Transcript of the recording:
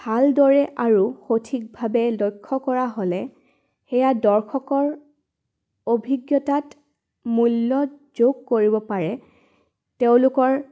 ভালদৰে আৰু সঠিকভাৱে লক্ষ্য কৰা হ'লে সেয়া দৰ্শকৰ অভিজ্ঞতাত মূল্য যোগ কৰিব পাৰে তেওঁলোকৰ